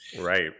Right